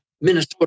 Minnesota